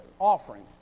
offering